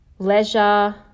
leisure